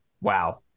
Wow